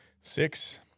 six